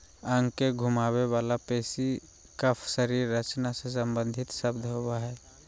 अंग के घुमावे वला पेशी कफ शरीर रचना से सम्बंधित शब्द होबो हइ